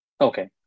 Okay